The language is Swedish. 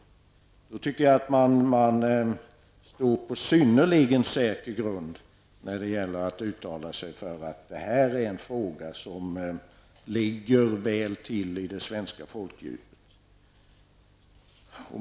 Då tycker jag att det finns synnerligen säker grund för att uttala att här vet vi hur man ser på saken i det svenska folkdjupet.